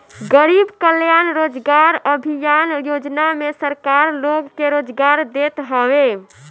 गरीब कल्याण रोजगार अभियान योजना में सरकार लोग के रोजगार देत हवे